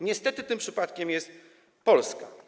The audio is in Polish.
Niestety tym przypadkiem jest Polska.